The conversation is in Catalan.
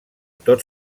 tot